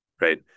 right